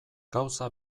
gauza